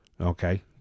Okay